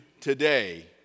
Today